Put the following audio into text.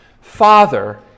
Father